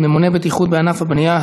ממונה בטיחות בענף הבניין),